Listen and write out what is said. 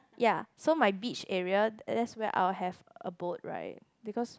ya so my beach area that's where I will have a boat right because